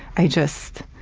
i just